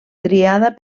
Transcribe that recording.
triada